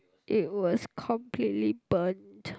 it was completely burnt